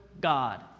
God